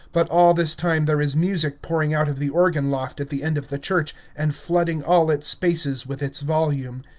but all this time there is music pouring out of the organ-loft at the end of the church, and flooding all its spaces with its volume.